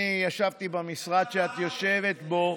אני ישבתי במשרד שאת יושבת בו.